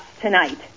tonight